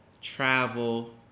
travel